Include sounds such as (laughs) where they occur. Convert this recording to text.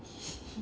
(laughs)